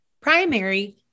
primary